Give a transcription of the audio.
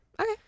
Okay